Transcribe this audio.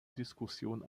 diskussion